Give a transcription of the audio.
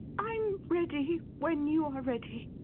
i'm ready. when you are ready.